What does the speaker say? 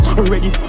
already